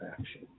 action